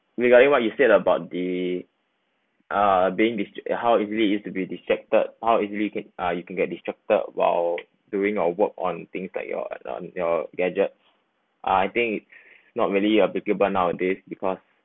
regarding what you said about the uh being des~ how easily is to be distracted how easily can uh you can get distracted while doing your work on things like your your gadgets uh I think not really applicable nowadays because